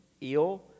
ill